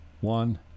One